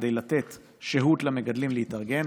כדי לתת שהות למגדלים להתארגן.